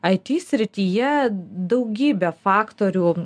it srityje daugybę faktorių